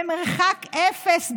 במרחק אפס,